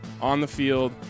on-the-field